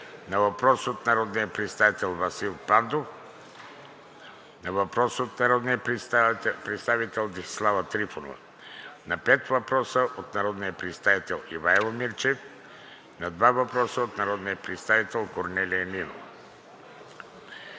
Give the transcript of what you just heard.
на въпрос от народния представител Васил Пандов; на въпрос от народния представител Десислава Трифонова; на пет въпроса от народния представител Ивайло Мирчев; на два въпроса от народния представител Корнелия Нинова;